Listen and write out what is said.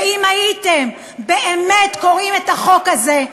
ואם הייתם באמת קוראים את החוק הזה,